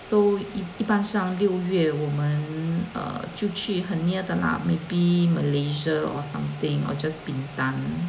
so if 一般上六月我们 err 就去很 near 的 lah maybe Malaysia or something or just bintan